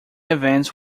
events